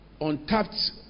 untapped